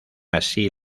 así